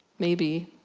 maybe,